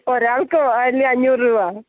ഒരാൾക്ക് അല്ലെ അഞ്ഞൂറ് രൂപ